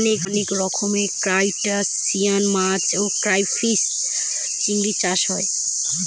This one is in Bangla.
অনেক রকমের ত্রুসটাসিয়ান মাছ ক্রাইফিষ, চিংড়ি চাষ হয়